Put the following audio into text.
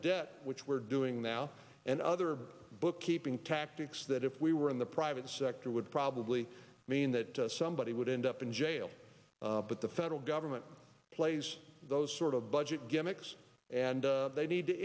debt which we're doing now and other bookkeeping tactics that if we were in the private sector would probably mean that somebody would end up in jail but the federal government plays those sort of budget gimmicks and they need to